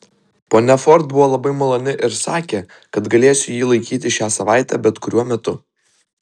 ponia ford buvo labai maloni ir sakė kad galėsiu jį laikyti šią savaitę bet kuriuo metu